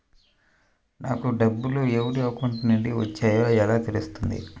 నాకు డబ్బులు ఎవరి అకౌంట్ నుండి వచ్చాయో ఎలా తెలుస్తుంది?